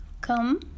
come